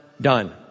done